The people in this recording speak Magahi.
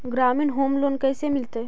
ग्रामीण होम लोन कैसे मिलतै?